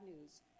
news